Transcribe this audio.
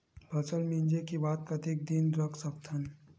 फसल मिंजे के बाद कतेक दिन रख सकथन?